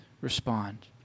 respond